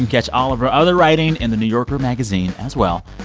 and catch all of her other writing in the new yorker magazine as well.